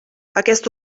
aquest